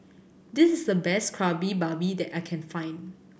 this is the best Kari Babi that I can find